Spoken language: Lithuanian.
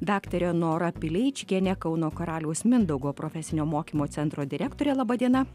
daktarė nora pileičikienė kauno karaliaus mindaugo profesinio mokymo centro direktorė laba diena